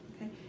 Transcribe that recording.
okay